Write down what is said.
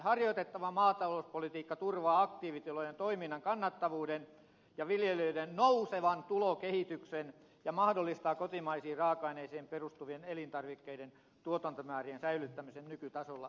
harjoitettava maatalouspolitiikka turvaa aktiivitilojen toiminnan kannattavuuden viljelijöiden nousevan tulokehityksen ja mahdollistaa kotimaisiin raaka aineisiin perustuvien elintarvikkeiden tuotantomäärien säilyttämisen nykytasolla